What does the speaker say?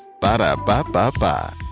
Ba-da-ba-ba-ba